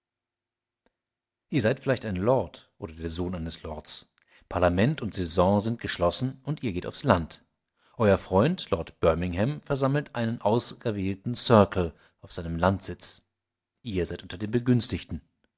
ihr seid vielleicht ein lord oder der sohn eines lords parlament und saison sind geschlossen und ihr geht aufs land euer freund lord birmingham versammelt einen auserwählten circle auf seinem landsitz ihr seid unter den begünstigten